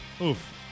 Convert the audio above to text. Oof